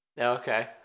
Okay